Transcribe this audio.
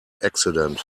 accident